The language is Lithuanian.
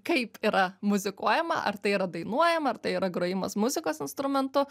kaip yra muzikuojama ar tai yra dainuojama ar tai yra grojimas muzikos instrumentu